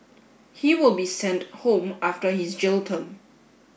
he will be sent home after his jail term